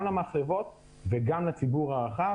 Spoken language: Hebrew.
גם למחלבות וגם לציבור הרחב.